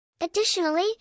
Additionally